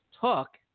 talk